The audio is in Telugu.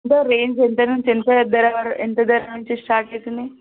అంటే రేంజ్ ఎంత నుంచి ఎంత ధర వరకు ఎంత ధర నుంచి స్టార్ట్ అవుతున్నాయి